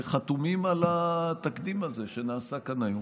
שחתומים על התקדים הזה שנעשה כאן היום.